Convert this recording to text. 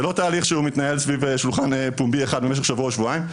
זה לא תהליך שמתנהל סביב שולחן פומבי אחד במשך שבוע או שבועיים.